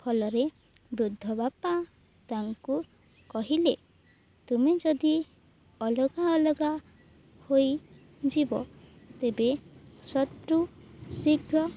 ଫଳରେ ବୃଦ୍ଧ ବାପା ତାଙ୍କୁ କହିଲେ ତୁମେ ଯଦି ଅଲଗା ଅଲଗା ହୋଇଯିବ ତେବେ ଶତ୍ରୁ ଶୀଘ୍ର